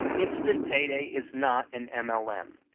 instant payday is not an um ah like um